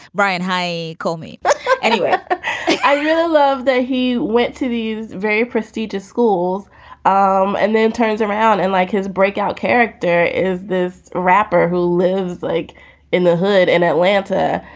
brian, hi. call me anyway i really love that he went to this very prestigious school um and then turns around and like his breakout character is this rapper who lives like in the hood in atlanta.